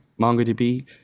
MongoDB